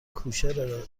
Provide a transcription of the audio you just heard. کوشر